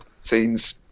scenes